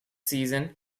season